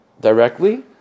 directly